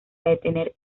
detener